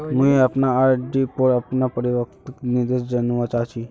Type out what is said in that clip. मुई अपना आर.डी पोर अपना परिपक्वता निर्देश जानवा चहची